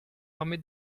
armée